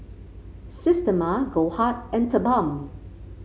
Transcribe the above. Systema Goldheart and TheBalm